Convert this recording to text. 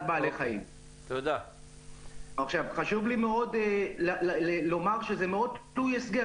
חשוב לי מאוד לומר שזה מאוד תלוי הסגר.